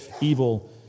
Evil